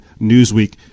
Newsweek